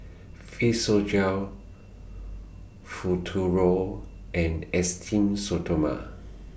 Physiogel Futuro and Esteem Stoma